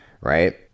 right